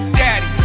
daddy